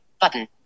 button